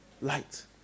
Light